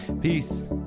Peace